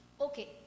Okay